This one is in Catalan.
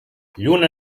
lluna